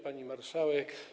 Pani Marszałek!